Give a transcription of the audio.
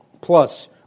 plus